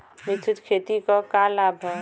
मिश्रित खेती क का लाभ ह?